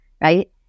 right